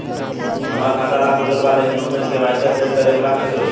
हमार खाता ता खुलल बा लेकिन ओमे के.वाइ.सी अपडेट करे के बा कइसे होई?